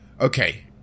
okay